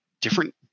different